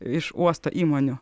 iš uosto įmonių